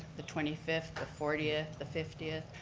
the twenty fifth, the fortieth, the fiftieth,